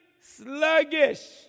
sluggish